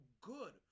good